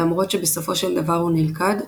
ולמרות שבסופו של דבר הוא נלכד,